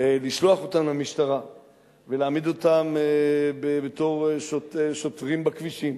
לשלוח אותם למשטרה ולהעמיד אותם בתור שוטרים בכבישים,